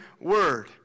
word